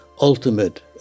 ultimate